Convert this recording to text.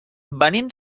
venim